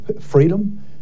freedom